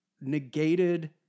negated